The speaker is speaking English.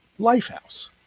Lifehouse